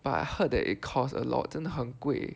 but I heard that it costs a lot 真的很贵